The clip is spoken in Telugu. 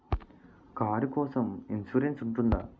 కారు కోసం ఇన్సురెన్స్ ఉంటుందా?